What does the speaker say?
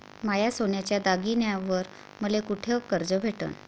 माया सोन्याच्या दागिन्यांइवर मले कुठे कर्ज भेटन?